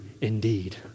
indeed